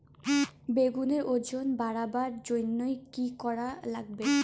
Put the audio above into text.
বেগুনের ওজন বাড়াবার জইন্যে কি কি করা লাগবে?